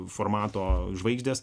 formato žvaigždės